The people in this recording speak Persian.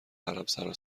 حرمسرا